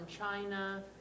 China